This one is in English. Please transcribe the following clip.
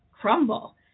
crumble